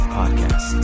podcast